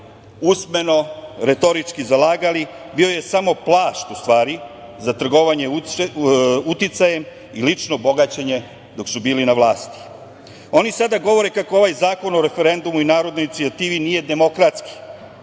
usmeno retorički zalagali bio je samo plašt u stvari za trgovanje uticajem i lično bogaćenje dok su bili na vlasti. Oni sada govore kako ovaj Zakon o referendumu i narodnoj inicijativi nije demokratski,